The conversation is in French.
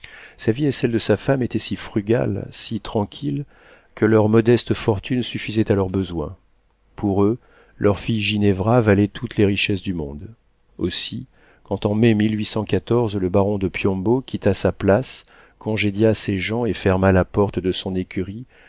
sa vie et celle de sa femme étaient si frugales si tranquilles que leur modeste fortune suffisait à leurs besoins pour eux leur fille ginevra valait toutes les richesses du monde aussi quand en mai le baron de piombo quitta sa place congédia ses gens et ferma la porte de son écurie